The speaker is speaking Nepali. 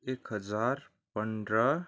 एक हजार पन्ध्र